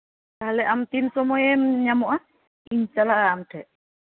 ᱛᱟᱦᱚᱞᱮ ᱟᱢ ᱛᱤᱱ ᱥᱚᱢᱳᱭᱮᱢ ᱧᱟᱢᱚᱜᱼᱟ ᱤᱧ ᱪᱟᱞᱟᱜᱼᱟ ᱟᱢ ᱴᱷᱮᱱ